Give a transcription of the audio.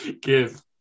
give